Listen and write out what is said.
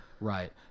Right